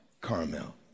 Carmel